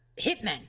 hitmen